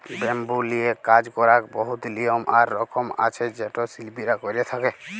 bamboo লিয়ে কাজ ক্যরার বহুত লিয়ম আর রকম আছে যেট শিল্পীরা ক্যরে থ্যকে